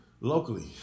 Locally